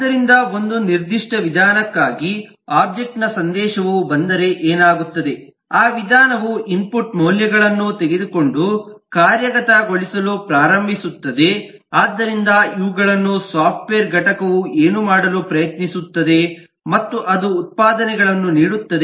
ಆದ್ದರಿಂದ ಒಂದು ನಿರ್ದಿಷ್ಟ ವಿಧಾನಕ್ಕಾಗಿ ಒಬ್ಜೆಕ್ಟ್ ನ ಸಂದೇಶವು ಬಂದರೆ ಏನಾಗುತ್ತದೆ ಆ ವಿಧಾನವು ಇನ್ಪುಟ್ ಮೌಲ್ಯಗಳನ್ನು ತೆಗೆದುಕೊಂಡು ಕಾರ್ಯಗತಗೊಳಿಸಲು ಪ್ರಾರಂಭಿಸುತ್ತದೆ ಆದ್ದರಿಂದ ಇವುಗಳನ್ನು ಸಾಫ್ಟ್ವೇರ್ ಘಟಕವು ಏನು ಮಾಡಲು ಪ್ರಯತ್ನಿಸುತ್ತದೆ ಮತ್ತು ಅದು ಉತ್ಪಾದನೆಗಳನ್ನು ನೀಡುತ್ತದೆ